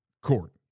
court